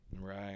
right